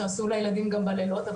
שעשו לילדים גם בלילות,